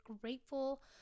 grateful